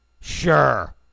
Sure